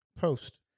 post